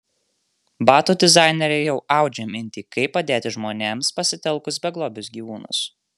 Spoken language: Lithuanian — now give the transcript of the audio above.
batų dizainerė jau audžia mintį kaip padėti žmonėms pasitelkus beglobius gyvūnus